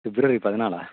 பிப்ரவரி பதினாலா